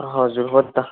हजुर हो त